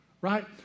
Right